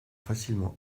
facilement